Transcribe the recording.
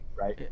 right